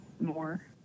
more